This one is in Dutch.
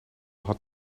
had